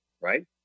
right